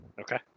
Okay